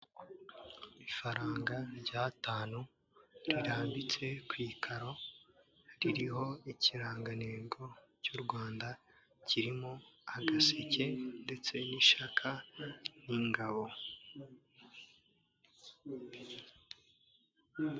Ifaranga ry'atanu rirambitse ku ikaro, ririho ikirangantego cy'u Rwanda, kiirimo agaseke ndetse n'ishaka n'ingabo.